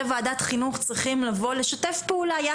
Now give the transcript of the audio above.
וועדת חינוך צריכים לבוא לשתף פעולה,